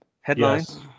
headlines